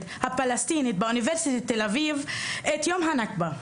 הפלסטינית באוניברסיטת תל אביב את יום הנכבה.